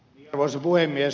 arvoisa puhemies